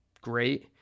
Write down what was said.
great